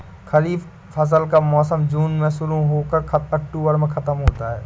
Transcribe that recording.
खरीफ फसल का मौसम जून में शुरू हो कर अक्टूबर में ख़त्म होता है